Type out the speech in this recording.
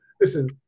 Listen